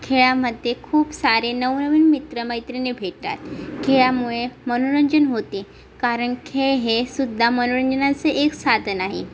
खेळामध्ये खूप सारे नवनवीन मित्र मैत्रिणी भेटतात खेळामुळे मनोरंजन होते कारण खेळ हे सुद्धा मनोरंजनाचे एक साधन आहे